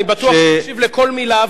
אני בטוח שהקשיב לכל מלה,